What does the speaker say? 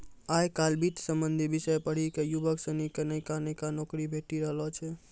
आय काइल वित्त संबंधी विषय पढ़ी क युवक सनी क नयका नयका नौकरी भेटी रहलो छै